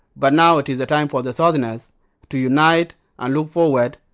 but now it is the time for the southerners to unite and move forward,